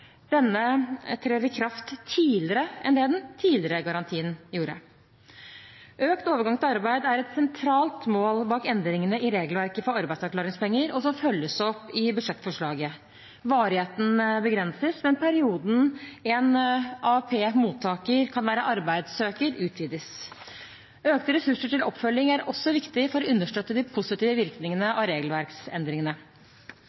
Denne trer i kraft tidligere enn det den tidligere garantien gjorde. Økt overgang til arbeid er et sentralt mål bak endringene i regelverket for arbeidsavklaringspenger og følges opp i budsjettforslaget. Varigheten begrenses, men perioden en AAP-mottaker kan være arbeidssøker, utvides. Økte ressurser til oppfølging er også viktig for å understøtte de positive virkningene